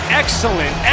excellent